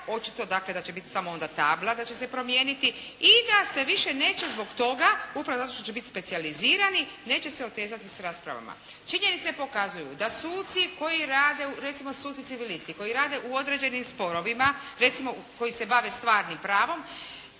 očito dakle da će biti samo onda, tabla da će se samo promijeniti, i da se više neće zbog toga upravo zato što će biti specijalizirani, neće se otezati s raspravama. Činjenice pokazuju da suci koji rade recimo suci civilisti koji rade u određenim sporovima, recimo koji se bave stvarnim pravom